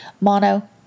Mono